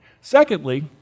Secondly